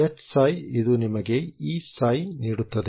Hψ ಇದು ನಿಮಗೆ Eψ ನೀಡುತ್ತದೆ